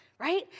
right